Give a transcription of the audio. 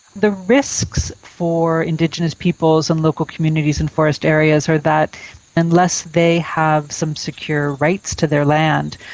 the risks for indigenous peoples and local communities in forest areas are that unless they have some secure rights to their land,